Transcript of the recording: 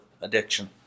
addiction